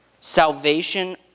Salvation